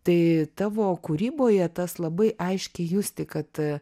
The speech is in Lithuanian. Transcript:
tai tavo kūryboje tas labai aiškiai justi kad